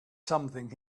something